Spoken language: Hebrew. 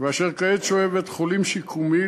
ואשר כעת שוהה בבית-חולים שיקומי,